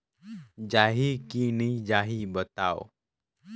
जाही की नइ जाही बताव?